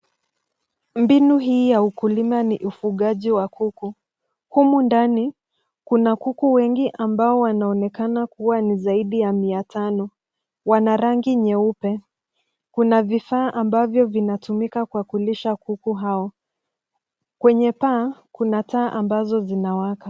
Mbinu hii ya ukulima ni ufugaji wa kuku humu ndani kuna kuku wengi ambao wanaonekana kua ni zaidi ya mia tano, wana rangi nyeupe kuna vifaa ambavyo vinatumika kwa kulisha kuku hao. Kwenye paa kuna taa ambazo zinawaka.